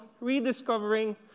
Rediscovering